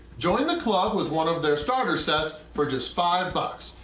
join the club with one of their starter sets for just five bucks.